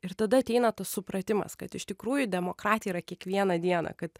ir tada ateina tas supratimas kad iš tikrųjų demokratija yra kiekvieną dieną kad